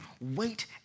Wait